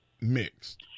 Mixed